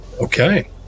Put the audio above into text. Okay